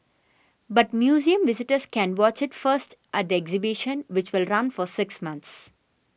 but museum visitors can watch it first at the exhibition which will run for six months